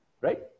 right